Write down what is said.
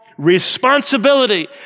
Responsibility